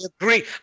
agree